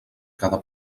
cada